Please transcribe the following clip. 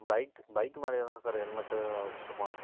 bike bike மேலேயே தான் ஹெல்மெட்டும் வச்சுட்டு போனேன்